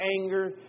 anger